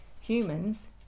humans